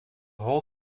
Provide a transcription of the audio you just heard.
whole